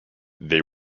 they